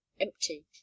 empty